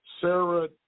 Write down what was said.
Sarah